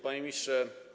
Panie Ministrze!